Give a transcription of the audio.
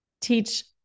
teach